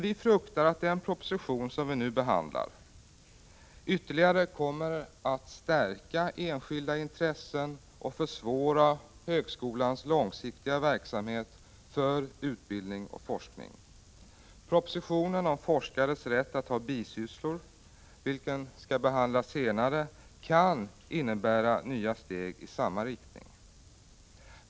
Vi fruktar att den proposition som nu behandlas ytterligare kommer att stärka enskilda intressen och försvåra högskolans långsiktiga verksamhet för utbildning och forskning. Propositionen om forskares rätt att ha bisysslor, vilken skall behandlas senare, kan innebära nya steg i samma riktning.